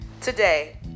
today